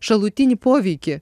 šalutinį poveikį